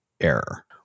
error